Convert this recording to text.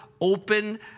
open